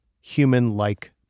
human-like